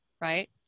right